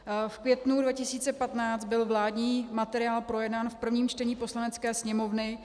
V květnu 2015 byl vládní materiál projednán v prvním čtení Poslanecké sněmovny.